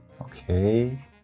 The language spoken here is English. Okay